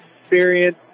experience